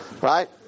Right